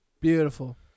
Beautiful